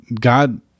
God